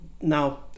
Now